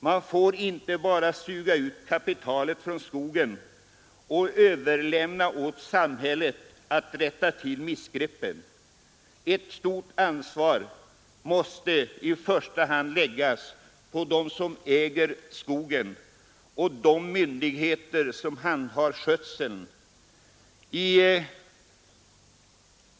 Man får inte bara suga ut kapitalet från skogen och överlämna åt samhället att rätta till missgreppen. Ett stort ansvar måste i första hand läggas på dem som äger skogen och de myndigheter som handhar skötseln.